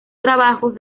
trabajos